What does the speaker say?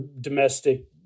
domestic